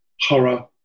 Horror